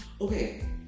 Okay